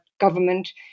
government